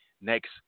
next